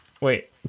Wait